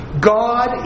God